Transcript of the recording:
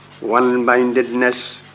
One-mindedness